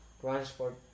transport